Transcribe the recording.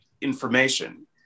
information